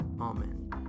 Amen